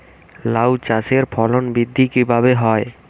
লাউ চাষের ফলন বৃদ্ধি কিভাবে হবে?